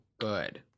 good